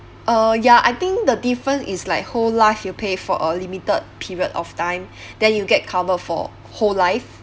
uh ya I think the difference is like whole life you pay for a limited period of time then you get cover for whole life